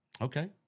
Okay